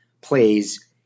plays